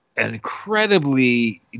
incredibly